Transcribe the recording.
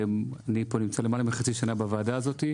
אני פה נמצא למעלה מחצי שנה בוועדה הזאת.